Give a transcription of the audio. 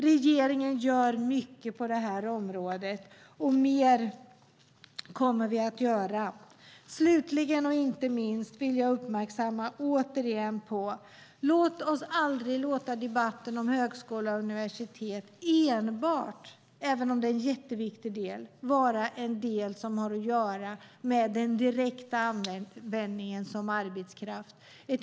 Regeringen gör mycket på detta område, och mer kommer att göras. Slutligen vill jag återigen säga att vi aldrig ska låta debatten om högskola och universitet enbart - även om det är en mycket viktig del - handla om den direkta användningen av utbildningen i arbetslivet.